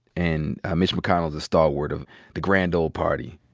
and mitch mcconnell's a stalwart of the grand old party.